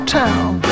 town